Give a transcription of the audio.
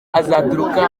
azaturuka